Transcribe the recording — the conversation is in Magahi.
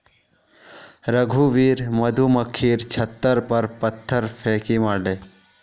रघुवीर मधुमक्खीर छततार पर पत्थर फेकई मारले